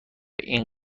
این